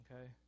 okay